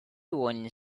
one